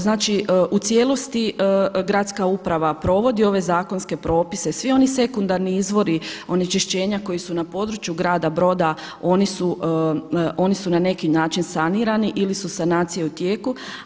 Znači u cijelosti gradska uprava provodi ove zakonske propise, svi oni sekundarni izvori onečišćenja koji su na području grada Broda oni su na neki način sanirani ili su sanacije u tijeku.